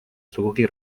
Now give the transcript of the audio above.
sugugi